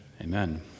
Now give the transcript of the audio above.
Amen